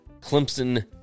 Clemson